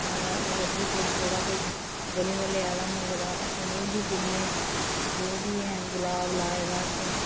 सारे होर बी कोई जेह्ड़ा कोई गली म्हल्ले आह्ला मंगदा अस उ'नें ई बी दिन्नै जो बी हैन गलाब लाए दा असें